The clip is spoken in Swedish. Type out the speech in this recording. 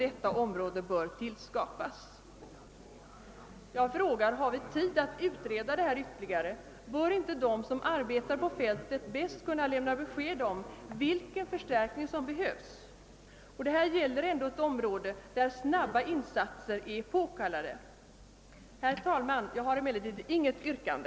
detta område bör tillskapas.» Jag frågar: Har vi tid att utreda ytterligare? Bör inte de som arbetar på fältet bäst kunna lämna besked om vilken förstärkning som behövs? Det gäller ändå ett område där snabba insatser är påkallade. Herr talman! Jag har emellertid inget yrkande.